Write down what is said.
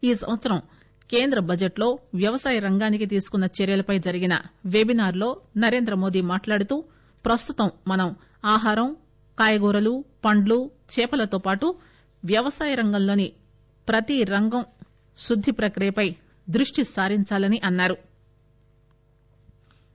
ఈ సంవత్సరం కేంద్ర బడ్లెట్ లో వ్యవసాయ రంగానికి తీసుకున్న చర్యలపై జరిగిన పెబినార్ లో నరేంద్రమోదీ మాట్టాడుతూ ప్రస్తుతం మనం ఆహారం కాయగూరలు పండ్లు చేపలతో పాటు వ్యవసాయంలోని ప్రతి రంగం శుద్ది ప్రక్రియపై దృష్టి సారించాలని అన్నారు